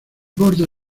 borde